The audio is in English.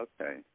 Okay